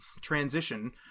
transition